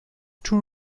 two